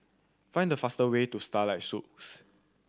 find the fastest way to Starlight Suites